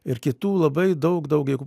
ir kitų labai daug daug jeigu